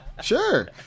Sure